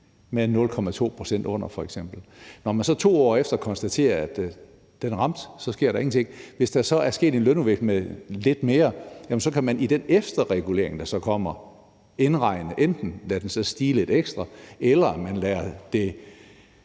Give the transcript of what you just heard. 0,2 pct. under, og man så 2 år efter konstaterer, at den ramte, så sker der ingenting. Hvis der så er sket en lønudvikling med lidt mere, kan man i den efterregulering, der så kommer, indregne det og så enten lade den stige lidt ekstra eller lade den